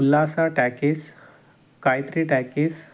ಉಲ್ಲಾಸ talkies Gayatri talkies